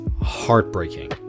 heartbreaking